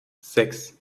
sechs